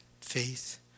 faith